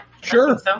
Sure